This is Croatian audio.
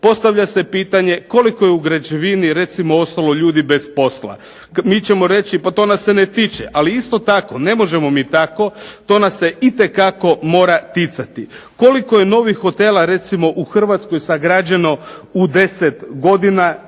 Postavlja se pitanje koliko je u građevini recimo ostalo ljudi bez posla? Mi ćemo reći pa to nas se ne tiče. Ali isto tako ne možemo mi tako. To nas se itekako mora ticati. Koliko je novih hotela recimo u Hrvatskoj sagrađeno u 10 godina,